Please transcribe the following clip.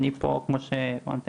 אני פה, כמו שהבנתם